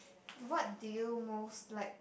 what do you most like